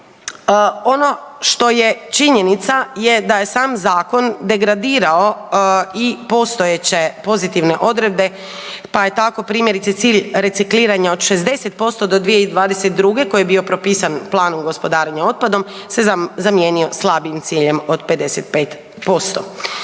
ono što je činjenica je da je sam zakon degradirao i postojeće pozitivne odredbe, pa je tako, primjerice cilj recikliranja od 60% do 2022. koji je bio propisan Planom gospodarenja otpadom, se zamijenio slabijim ciljem od 55%.